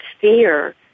fear